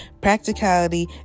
practicality